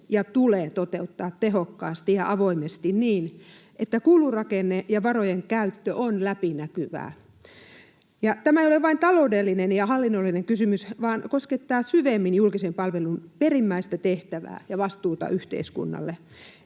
ja tulee toteuttaa tehokkaasti ja avoimesti niin, että kulurakenne ja varojen käyttö on läpinäkyvää. Tämä ei ole vain taloudellinen ja hallinnollinen kysymys vaan koskettaa syvemmin julkisen palvelun perimmäistä tehtävää ja vastuuta yhteiskunnalle.